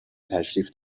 تشریف